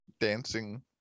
dancing